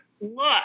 look